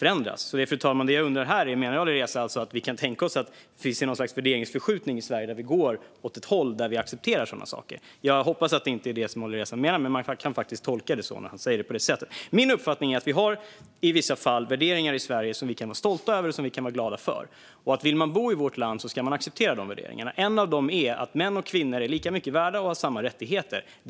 Menar Alireza att vi får finna oss i att det i Sverige sker något slags värderingsförskjutning där vi går mot att acceptera sådana saker? Jag hoppas att det inte är det som Alireza menar, men man kan faktiskt tolka det han säger på det sättet. Min uppfattning är att vi i vissa fall har värderingar i Sverige som vi kan vara stolta över och glada för. Vill man bo i vårt land ska man acceptera de värderingarna. En av dem är att män och kvinnor är lika mycket värda och har samma rättigheter.